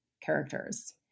characters